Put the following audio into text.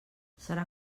serà